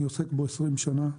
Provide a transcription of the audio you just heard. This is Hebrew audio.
אני עוסק בו עשרים שנה.